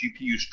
GPUs